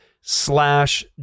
slash